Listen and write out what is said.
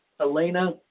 Elena